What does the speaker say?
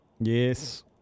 Yes